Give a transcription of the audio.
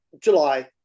July